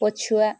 ପଛୁଆ